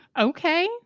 Okay